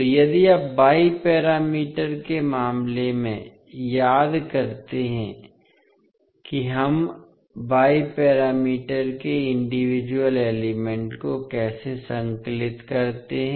तो यदि आप वाई पैरामीटर के मामले में याद करते हैं कि हम वाई पैरामीटर के इंडिविजुअल एलिमेंट को कैसे संकलित करते हैं